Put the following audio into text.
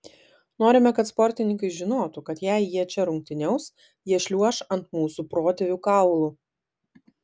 norime kad sportininkai žinotų kad jei jie čia rungtyniaus jie šliuoš ant mūsų protėvių kaulų